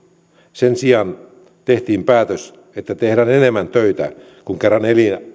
sen sijaan tehtiin päätös että tehdään enemmän töitä kun kerran